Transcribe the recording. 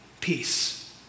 peace